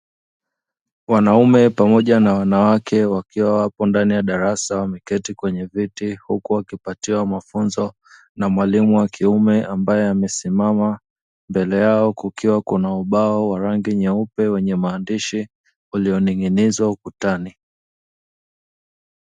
Wanaume pamoja na wanawake wakiwa wapo ndani ya darasa wameketi kwenye viti, huku wakipatiwa mafunzo, na mwalimu wa kiume ambaye amesimama, mbele yao kukiwa kuna ubao wa rangi nyeupe wenye maandishi ulioning'inizwa ukutani.